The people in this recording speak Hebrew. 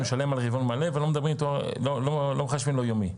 משלם על רבעון מלא ולא מחשבים לו יומי.